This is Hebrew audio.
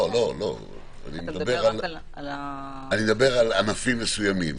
אני מדבר על ענפים מסוימים.